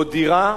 או דירה,